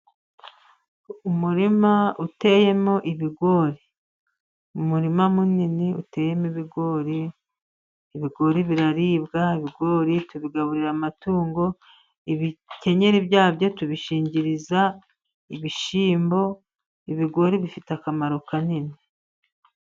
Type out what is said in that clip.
Umurima uteyemo ibigori, umurima munini uteyemo ibigori, ibigori biraribwa, ibigori tubigaburira amatungo, ibikenyeri byabyo tubishingiriza ibishyimbo, ibigori bifite akamaro kanini.